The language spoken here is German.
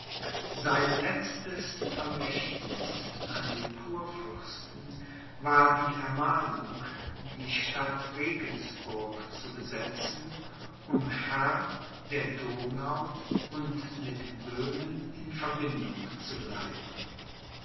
sein letztes vermächtniß an den kurfürsten war die ermahnung die stadt regensburg zu besetzen um herr der donau und mit böhmen in verbindung zu bleiben